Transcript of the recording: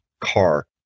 car